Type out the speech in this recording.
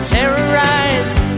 Terrorized